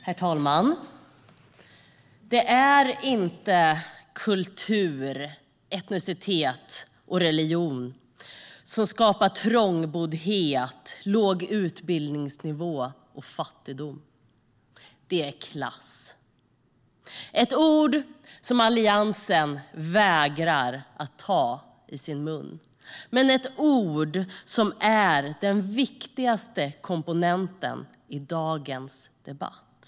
Herr talman! Det är inte kultur, etnicitet och religion som skapar trångboddhet, låg utbildningsnivå och fattigdom. Det är klass. Det är ett ord som Alliansen vägrar att ta i sin mun, men det är ett ord som är den viktigaste komponenten i dagens debatt.